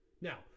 Now